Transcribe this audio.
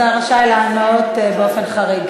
אתה רשאי לענות באופן חריג,